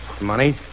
money